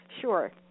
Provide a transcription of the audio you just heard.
Sure